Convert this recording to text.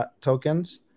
tokens